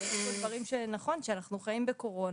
נכון שאנחנו חיים בקורונה,